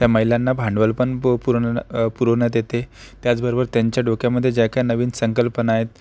त्या महिलांना भांडवल पण पुर पूर्ण पुरवण्यात येते त्याचबरोबर त्यांच्या डोक्यामध्ये ज्या काही नवीन संकल्पना आहेत